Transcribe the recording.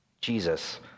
Jesus